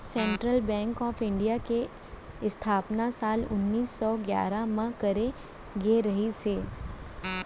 central bank of India के इस्थापना साल उन्नीस सौ गियारह म करे गे रिहिस हे